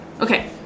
Okay